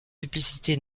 publicité